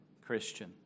Christian